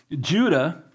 Judah